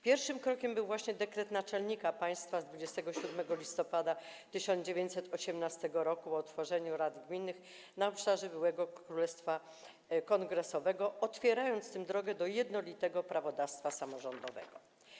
Pierwszym krokiem był właśnie dekret naczelnika państwa z 27 listopada 1918 r. o utworzeniu rad gminnych na obszarze byłego Królestwa Kongresowego, który otwierał drogę do jednolitego prawodawstwa samorządowego.